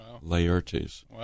Laertes